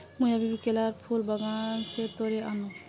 मुई अभी अभी केलार फूल बागान स तोड़े आन नु